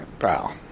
Wow